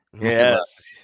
Yes